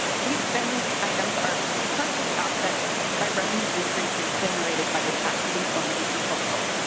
the spending items are partially offset by revenue increases generated by the tax conformi ty proposal.